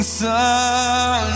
sun